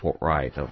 right